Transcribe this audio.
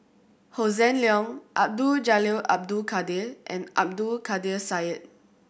Hossan Leong Abdul Jalil Abdul Kadir and Abdul Kadir Syed